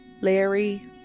Larry